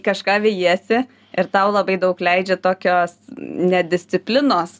kažką vejiesi ir tau labai daug leidžia tokios ne disciplinos